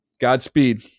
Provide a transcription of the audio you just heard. Godspeed